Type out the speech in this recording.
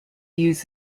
use